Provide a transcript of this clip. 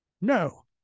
No